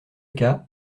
cas